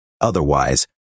otherwise